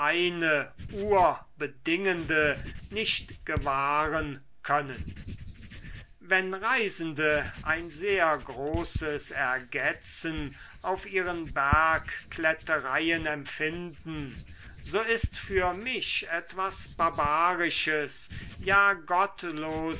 eine urbedingende nicht gewahren können wenn reisende ein sehr großes ergetzen auf ihren bergklettereien empfinden so ist für mich etwas barbarisches ja gottloses